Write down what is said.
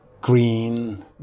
green